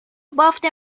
بافت